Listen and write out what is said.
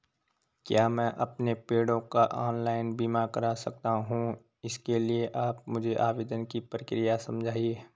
क्या मैं अपने पेड़ों का ऑनलाइन बीमा करा सकता हूँ इसके लिए आप मुझे आवेदन की प्रक्रिया समझाइए?